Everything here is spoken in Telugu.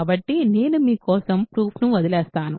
కాబట్టి నేను మీ కోసం ప్రూఫ్ ను వదిలివేస్తాను